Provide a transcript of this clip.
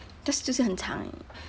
just 就是很长 eh